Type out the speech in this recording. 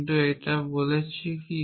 কিন্তু এটা বলছে কি